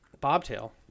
bobtail